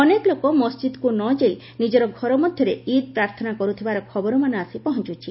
ଅନେକ ଲୋକ ମସ୍ଜିଦ୍କୁ ନଯାଇ ନିକର ଘର ମଧ୍ୟରେ ଇଦ୍ ପ୍ରାର୍ଥନା କରୁଥିବାର ଖବରମାନ ଆସି ପହଞ୍ଚୁଛି